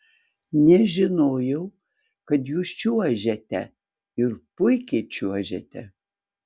nežinojau kad jūs čiuožiate ir puikiai čiuožiate